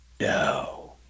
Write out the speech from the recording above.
no